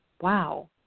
wow